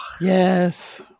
yes